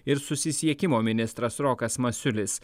ir susisiekimo ministras rokas masiulis